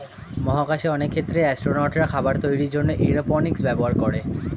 মহাকাশে অনেক ক্ষেত্রে অ্যাসট্রোনটরা খাবার তৈরির জন্যে এরওপনিক্স ব্যবহার করে